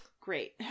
great